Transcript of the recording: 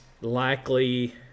likely